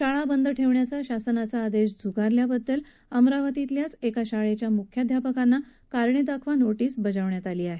शाळा बंद ठेवण्याचा शासनाचा आदेश झुगारल्याबद्दल एका शाळेच्या मुख्याध्यापकांना कारणे दाखवा नोटीस बजावण्यात आली आहे